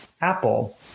Apple